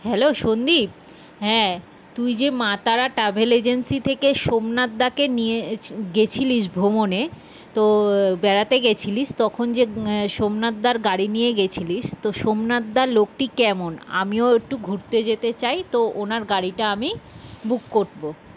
hello Sandeep হ্যাঁ তুই যে মা তারা ট্র্যাভেল এজেন্সি থেকে সোমনাথদাকে নিয়ে গিয়েছিলিস ভ্রমণে তো বেড়াতে গিয়েছিলিস তখন যে সোমনাথদার গাড়ি নিয়ে গিয়েছিলিস তো সোমনাথদা লোকটি কেমন আমিও একটু ঘুরতে যেতে চাই তো ওনার গাড়িটা আমি বুক করব